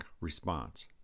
response